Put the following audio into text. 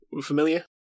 familiar